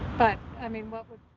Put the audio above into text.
but, i mean.